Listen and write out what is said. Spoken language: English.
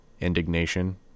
indignation